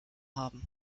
haben